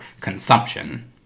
consumption